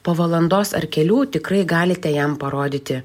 po valandos ar kelių tikrai galite jam parodyti